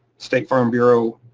state farm bureau